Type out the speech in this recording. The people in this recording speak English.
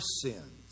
sins